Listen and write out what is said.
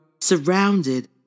surrounded